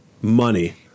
money